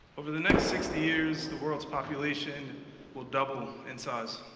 over the next sixty years, the world's population will double in size.